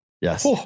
Yes